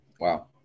wow